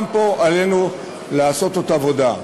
גם פה עלינו לעשות עוד עבודה.